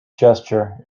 gesture